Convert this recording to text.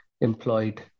employed